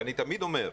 אני תמיד אומר,